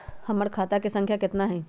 हमर खाता के सांख्या कतना हई?